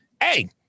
hey